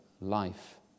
life